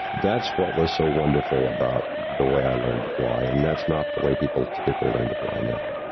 that's what was so wonderful about the way i learned to fly. and that's not the way people typically learn to fly now.